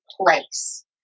place